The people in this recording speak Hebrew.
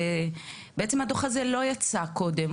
בעצם הדוח הזה לא יצא קודם,